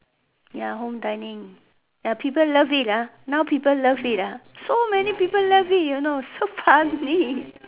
ya home dining ya people love it ah now people love it ah so many people love it you know so funny